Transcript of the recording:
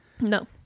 no